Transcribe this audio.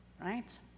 right